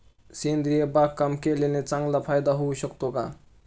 सेंद्रिय बागकाम केल्याने चांगला फायदा होऊ शकतो का?